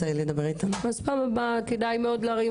אני בא רק בגללך.